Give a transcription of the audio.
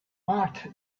march